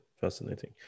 fascinating